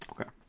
okay